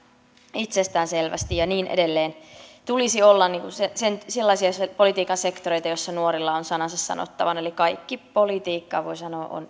itsestäänselvästi ja niin edelleen niiden tulisi olla sellaisia politiikan sektoreita joissa nuorilla on sanansa sanottavana eli kaikki politiikka voi sanoa on